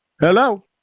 Hello